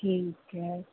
ਠੀਕ ਹੈ